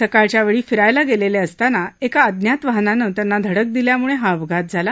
सकाळच्या वेळी फिरायला गेलेले असताना एका अज्ञात वाहनानं त्यांना धडक दिल्यामुळे हा अपघात झाला